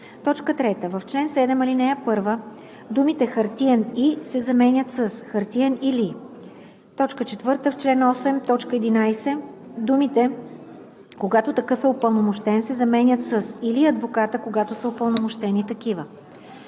36.“ 3. В чл. 7, ал. 1 думите „хартиен и“ се заменят с „хартиен или“. 4. В чл. 8, т. 11 думите „когато такъв е упълномощен“ се заменят с „или адвоката, когато са упълномощени такива“.